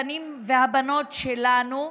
הבנים והבנות שלנו.